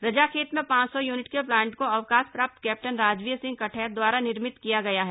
रजाखेत में पांच सौ यूनिट के प्लांट को अवकाश प्राप्त कैप्टन राजवीर सिंह कठैत द्वारा निर्मित किया गया है